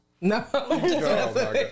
No